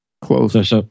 Close